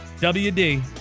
WD